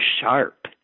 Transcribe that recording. sharp